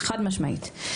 חד משמעית.